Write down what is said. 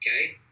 okay